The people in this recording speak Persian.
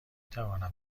توانم